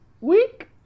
week